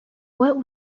what